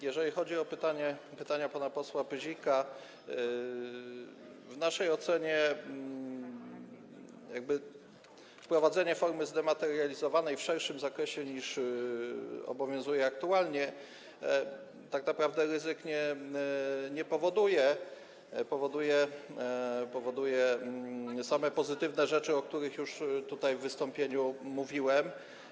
Jeżeli chodzi o pytania pana posła Pyzika, w naszej ocenie wprowadzenie formy zdematerializowanej w szerszym zakresie niż obowiązuje aktualnie tak naprawdę ryzyk nie powoduje, powoduje same pozytywne rzeczy, o których już tutaj w wystąpieniu mówiłem.